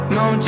no